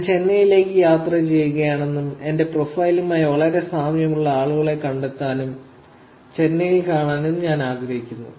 ഞാൻ ചെന്നൈയിലേക്ക് യാത്ര ചെയ്യുകയാണെന്നും എന്റെ പ്രൊഫൈലുമായി വളരെ സാമ്യമുള്ള ആളുകളെ കണ്ടെത്താനും ചെന്നൈയിൽ കാണാനും ഞാൻ ആഗ്രഹിക്കുന്നു